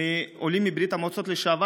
משפחה אחת מהעולים מברית המועצות לשעבר